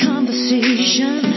Conversation